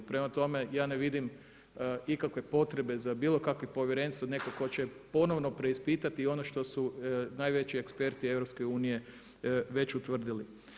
Prema tome, ja ne vidim ikakve potrebe za bilo kakvim povjerenstvom, netko tko će ponovno preispitati i ono što su najveći eksperti EU već utvrdili.